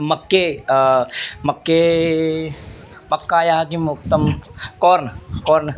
मक्के मक्के मक्कायाः किम् उक्तं कोर्न् कोर्न्